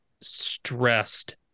stressed